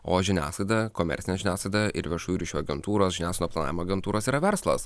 o žiniasklaida komercinė žiniasklaida ir viešųjų ryšių agentūros žiniasklaidos planavimo agentūros yra verslas